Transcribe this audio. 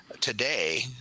today